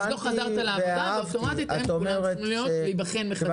אז לא חזרת לעבודה ואוטומטית --- להיבחן מחדש.